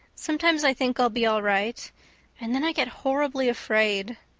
sometimes i think i'll be all right and then i get horribly afraid.